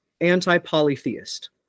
anti-polytheist